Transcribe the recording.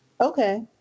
Okay